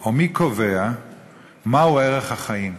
או מי קובע מהו ערך החיים.